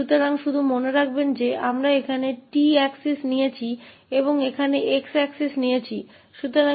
तो बस ध्यान दें कि यदि हम यहाँ t अक्ष लेते हैं और यहाँ हम x अक्ष लेते हैं